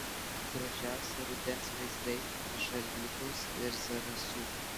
gražiausi rudens vaizdai iš alytaus ir zarasų